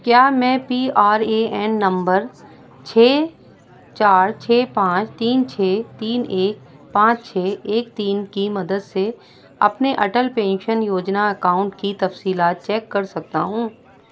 کیا میں P R A N نمبر چھ چار چھ پانچ تین چھ تین ایک پانچ چھ ایک تین کی مدد سے اپنے اٹل پینشن یوجنا اکاؤنٹ کی تفصیلات چیک کر سکتا ہوں